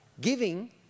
Giving